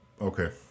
Okay